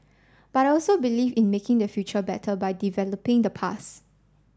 but I also believe in making the future better by developing the past